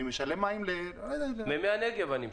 אני משלם למי הנגב.